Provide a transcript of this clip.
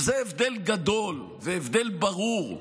וזה הבדל גדול וברור,